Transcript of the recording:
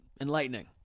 Enlightening